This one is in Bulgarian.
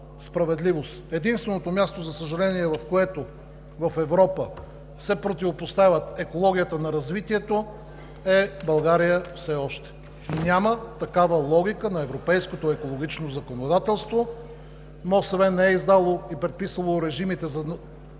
Единственото място, за съжаление, в което в Европа се противопоставя екологията на развитието, е България все още. Няма такава логика на европейското екологично законодателство. МОСВ не е издало и предписало режимите за